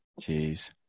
Jeez